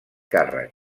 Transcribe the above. càrrec